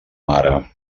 mare